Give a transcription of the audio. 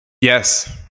yes